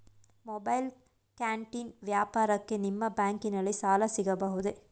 Mobile canteen ವ್ಯಾಪಾರಕ್ಕೆ ನಿಮ್ಮ ಬ್ಯಾಂಕಿನಲ್ಲಿ ಸಾಲ ಸಿಗಬಹುದೇ?